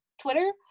Twitter